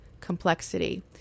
complexity